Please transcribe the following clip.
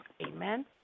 Amen